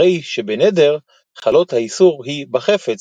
הרי שבנדר חלות האיסור היא בחפץ,